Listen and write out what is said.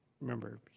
Remember